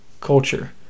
culture